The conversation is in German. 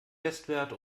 bestwert